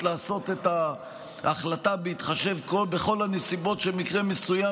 לעשות את ההחלטה בהתחשב בכל הנסיבות של מקרה מסוים.